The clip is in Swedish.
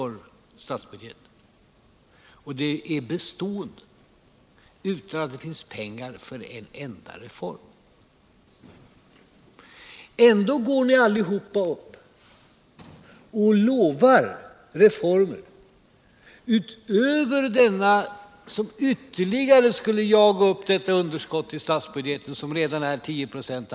Detta underskott är bestående, utan att det finns pengar för en enda reform. Ändå går ni alla upp och lovar reformer som ytterligare skulle jaga upp detta underskott i statsbudgeten, som redan är 10 "6 av BNP.